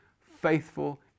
faithful